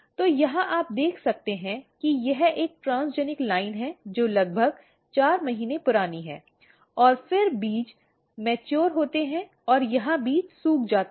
तो यहाँ आप देख सकते हैं कि यह एक ट्रांसजेनिक लाइन है जो लगभग 4 महीने पुरानी है और फिर बीज परिपक्व होते हैं और यहाँ बीज सूख जाते हैं